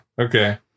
Okay